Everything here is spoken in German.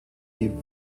die